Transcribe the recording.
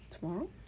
tomorrow